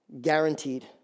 Guaranteed